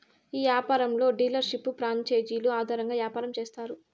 ఈ యాపారంలో డీలర్షిప్లు ప్రాంచేజీలు ఆధారంగా యాపారం చేత్తారు